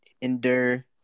endure